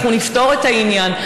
אנחנו נפתור את העניין.